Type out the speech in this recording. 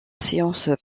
séance